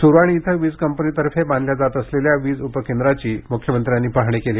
सुरवाणी इथं वीज कंपनीतर्फे बांधल्या जात असलेल्या वीज उपकेद्राची मुख्यमंत्र्यांनी पाहणी केली